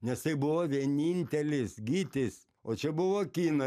nes tai buvo vienintelis gytis o čia buvo kinai